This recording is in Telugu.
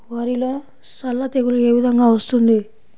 వరిలో సల్ల తెగులు ఏ విధంగా వస్తుంది?